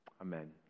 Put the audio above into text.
Amen